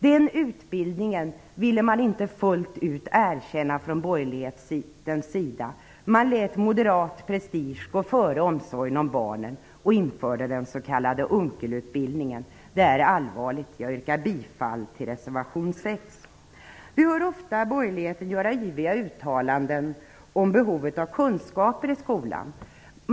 Den utbildningen ville man inte fullt ut erkänna från borgerlighetens sida. Man lät moderat prestige gå före omsorgen om barnen och införde den s.k. Unckelutbildningen. Det är allvarligt. Jag yrkar bifall till reservation 6. Vi hör ofta borgerligheten göra yviga uttalanden om behovet av kunskaper i skolan.